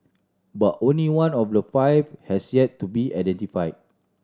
but only one of the five has yet to be identify